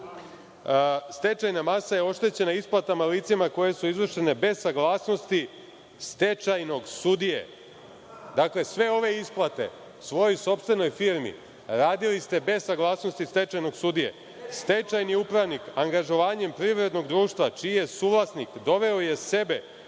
stečajna masa je oštećena isplatama licima koje su izvršene bez saglasnosti stečajnog sudije. Dakle, sve ove isplate svojoj sopstvenoj firmi radili ste bez saglasnosti stečajnog sudije. Stečajni upravnik angažovanjem privrednog društva, čiji je suvlasnik, doveo je sebe